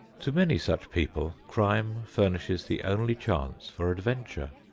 to many such people crime furnishes the only chance for adventure.